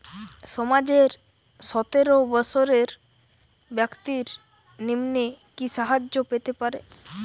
সমাজের সতেরো বৎসরের ব্যাক্তির নিম্নে কি সাহায্য পেতে পারে?